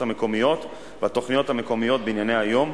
המקומיות והתוכניות המקומיות בענייני היום,